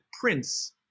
prince